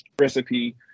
recipe